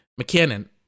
McKinnon